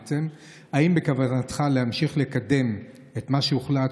בעצם: האם בכוונתך להמשיך לקדם את מה שהוחלט,